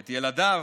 את ילדיו.